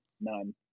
none